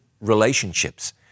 relationships